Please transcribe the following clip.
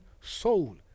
soul